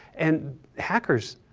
and hackers,